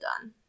done